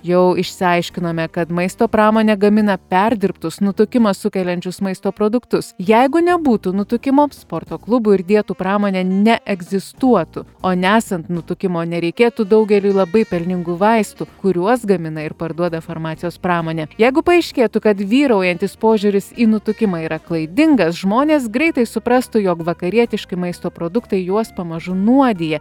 jau išsiaiškinome kad maisto pramonė gamina perdirbtus nutukimą sukeliančius maisto produktus jeigu nebūtų nutukimo sporto klubų ir dietų pramonė neegzistuotų o nesant nutukimo nereikėtų daugeliui labai pelningų vaistų kuriuos gamina ir parduoda farmacijos pramonė jeigu paaiškėtų kad vyraujantis požiūris į nutukimą yra klaidingas žmonės greitai suprastų jog vakarietiški maisto produktai juos pamažu nuodija